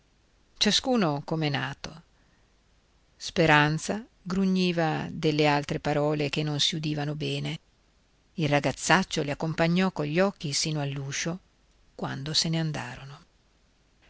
ciascuno com'è nato speranza grugniva delle altre parole che non si udivano bene il ragazzaccio li accompagnò cogli occhi sino all'uscio quando se ne andarono